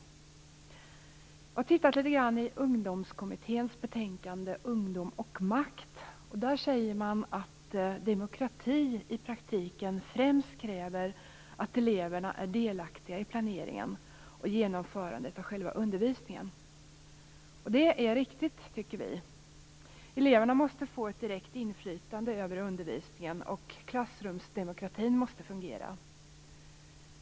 Jag har tittat litet grand i Ungdomskommitténs betänkande Ungdom och makt, och där säger man att demokrati i praktiken främst kräver att eleverna är delaktiga i planeringen och genomförandet av själva undervisningen. Vi tycker att det är riktigt. Eleverna måste få ett direkt inflytande över undervisningen, och klassrumsdemokratin måste fungera.